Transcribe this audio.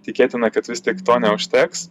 tikėtina kad vis tik to neužteks